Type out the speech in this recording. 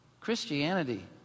Christianity